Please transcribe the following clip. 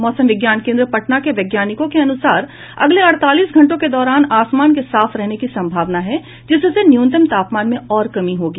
मौसम विज्ञान केन्द्र पटना के वैज्ञानिकों के अनुसार अगले अड़तालीस घंटों के दौरान आसमान के साफ रहने की संभावना है जिससे न्यूनतम तापमान में और कमी होगी